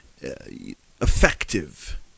effective